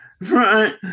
right